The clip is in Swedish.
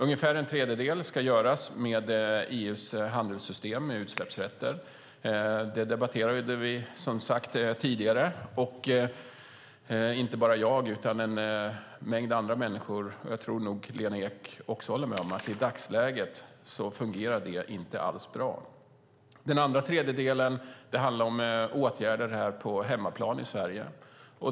Ungefär en tredjedel ska göras med EU:s system för handel med utsläppsrätter. Det debatterade vi som sagt tidigare. Och inte bara jag utan en mängd andra människor, och jag tror nog också Lena Ek, tycker att i dagsläget fungerar det inte alls bra. Den andra delen handlar om åtgärderna här på hemmaplan i Sverige.